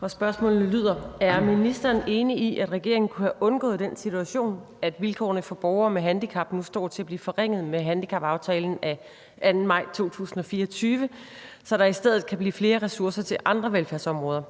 Og spørgsmålet lyder: Er ministeren enig i, at regeringen kunne have undgået den situation, at vilkårene for borgere med handicap nu står til at blive forringet med handicapaftalen af 2. maj 2024, så der i stedet kan blive flere ressourcer til andre velfærdsområder,